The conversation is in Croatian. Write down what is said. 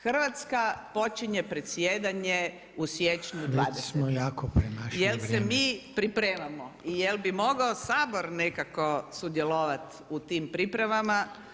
Hrvatska počinje predsjedanje u siječnju 2020 [[Upadica: Već smo jako premašili vrijeme.]] jel se mi pripremamo i jel bi mogao Sabor nekako sudjelovati u tim pripremama?